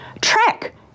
track